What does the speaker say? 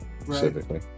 specifically